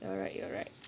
you're right you're right